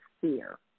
fear